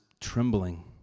trembling